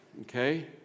okay